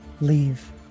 Leave